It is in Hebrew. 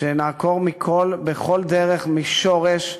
לעקור בכל דרך, מהשורש,